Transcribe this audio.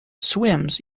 swims